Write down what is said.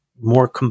more